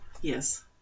Yes